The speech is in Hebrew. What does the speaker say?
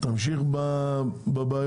תמשיך עם הבעיות.